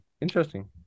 interesting